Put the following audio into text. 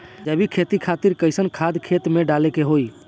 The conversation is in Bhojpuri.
जैविक खेती खातिर कैसन खाद खेत मे डाले के होई?